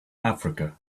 africa